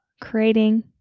creating